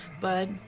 Bud